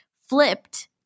flipped